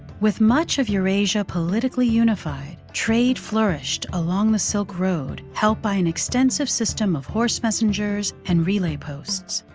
with much of eurasia politically unified, trade flourished along the silk road, helped by an extensive system of horse messengers and relay posts.